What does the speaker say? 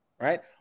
right